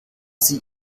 sie